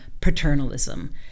paternalism